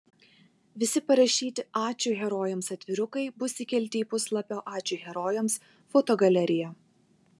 visi parašyti ačiū herojams atvirukai bus įkelti į puslapio ačiū herojams fotogaleriją